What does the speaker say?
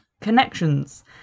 connections